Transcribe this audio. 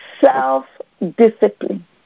self-discipline